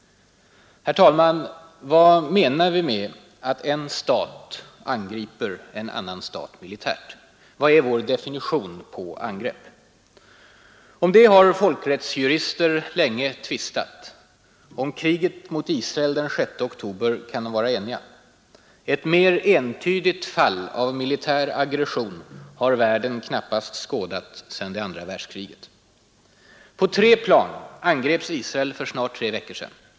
Vad menar vi med att en stat angriper en annan stat militärt? Vad är vår definition på ”angrepp”? Om detta har folkrättsjurister länge tvistat. Om kriget mot Israel den 6 oktober kan de vara eniga. Ett mer entydigt fall av militär aggression har världen knappast skådat sedan andra världskriget. På tre plan angreps Israel för snart tre veckor sedan.